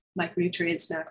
micronutrients